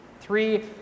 Three